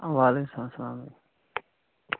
وعلیکُم السلام السلام علیکم